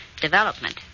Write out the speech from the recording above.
development